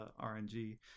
RNG